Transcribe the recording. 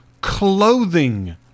clothing